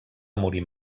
morir